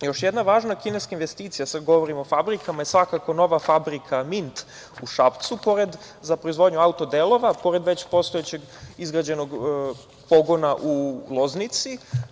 Još jedna važna kineska investicija, sad govorim o fabrikama, je svakako nova fabrika „Mint“, u Šapcu, za proizvodnju auto delova, pored već postojećeg izgrađenog pogona u Loznici.